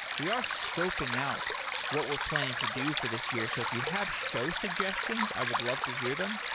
we are scoping out what we're planning to do for this year. so if you have show suggestions, i would love to hear them,